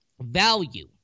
value